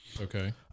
Okay